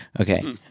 Okay